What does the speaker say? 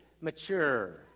mature